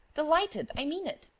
delighted, i mean it.